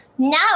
now